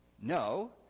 No